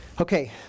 Okay